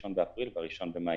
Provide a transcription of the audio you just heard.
1 באפריל וה-1 במאי.